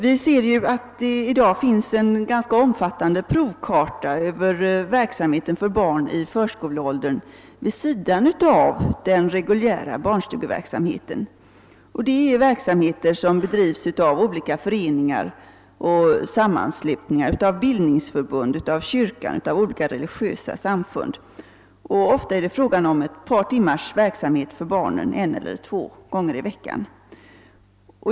Vi ser ju att det i dag finns en ganska omfattande provkarta på verksamheter för barn i förskoleåldern vid sidan om den reguljära barnstugeverksamheten. Dessa verksamheter bedrivs av olika föreningar och sammanslutningar, av bildningsförbund, av kyrkan och av olika religiösa samfund. Ofta är det fråga om ett par timmars verksamhet för barnen en eller två gånger i veckan.